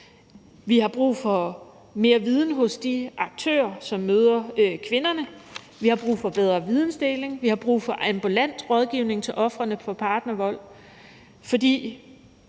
Vi har brug for, at der er mere viden hos de aktører, som møder kvinderne. Vi har brug for bedre vidensdeling. Vi har brug for ambulant rådgivning til ofrene for partnervold.